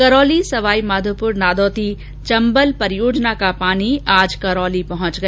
करौली सवाईमाधोपुर नादौती चम्बल परियोजना का पानी आज करौली पहुंच गया